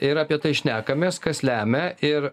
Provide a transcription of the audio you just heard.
ir apie tai šnekamės kas lemia ir